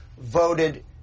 voted